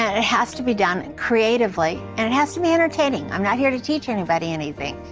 ah it has to be done creatively, and it has to be entertaining. i'm not here to teach anybody anything.